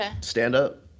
stand-up